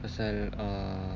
pasal uh